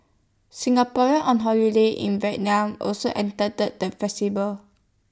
Singaporeans on holiday in Vietnam also attended the festival